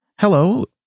Hello